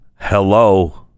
hello